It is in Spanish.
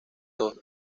dos